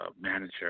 manager